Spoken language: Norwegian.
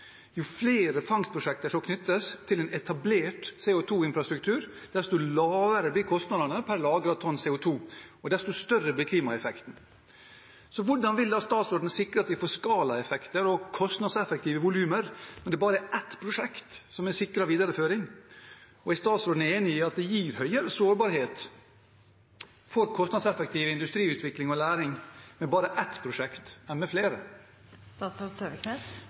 Jo flere fangstprosjekter som knyttes til en etablert CO 2 -infrastruktur, desto lavere blir kostnadene per lagret tonn CO 2 , og desto større blir klimaeffekten. Hvordan vil statsråden sikre at vi får skalaeffekter og kostnadseffektive volumer når det bare er ett prosjekt som er sikret videreføring, og er statsråden enig i at det gir høyere sårbarhet for kostnadseffektiv industriutvikling og læring med bare ett prosjekt enn med